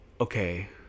okay